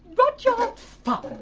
rudyard funn!